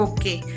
Okay